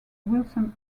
wilson